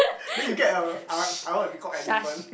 then you get a I I want to be call elephant